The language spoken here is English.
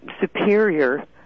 superior